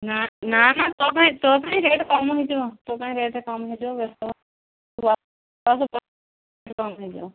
ନା ନା ନା ତୋ ପାଇଁ ତୋ ପାଇଁ ରେଟ୍ କମ ହୋଇଯିବ ତୋ ପାଇଁ ରେଟ୍ କମ ହୋଇଯିବ ବ୍ୟସ୍ତ କମ୍ ହୋଇଯିବ